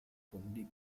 con